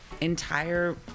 entire